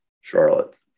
Charlotte